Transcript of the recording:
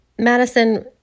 Madison